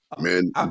Man